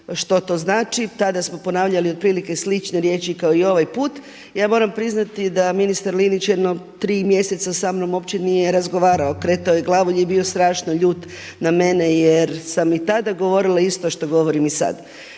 što to znači. Tada smo ponavljali otprilike slične riječi kao i ovaj put. Ja moram priznati da ministar Linić jedno tri mjeseca sa mnom uopće nije razgovarao. Okretao je glavu ili je bio strašno ljut na mene jer sam i tada govorila isto što govorim i sad.